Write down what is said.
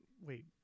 Wait